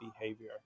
behavior